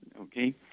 okay